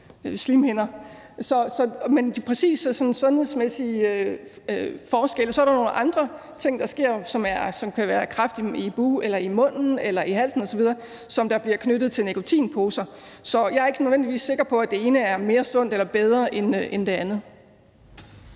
slimhinderne. Men i forhold til de præcise sådan sundhedsmæssige forskelle er der nogle andre ting, der sker, og det kan være kræft i munden eller i halsen osv., som bliver knyttet til nikotinposer, så jeg er ikke nødvendigvis sikker på, at det ene er mere sundt eller bedre end det andet.